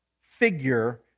figure